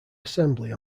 assembly